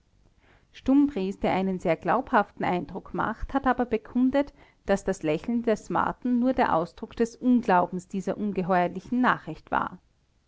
stumbries der einen sehr glaubhaften eindruck macht hat aber bekundet daß das lächeln des marten nur der ausdruck des unglaubens dieser ungeheuerlichen nachricht war